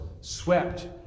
swept